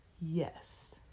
yes